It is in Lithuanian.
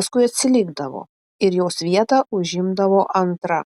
paskui atsilikdavo ir jos vietą užimdavo antra